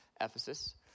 Ephesus